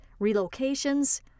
relocations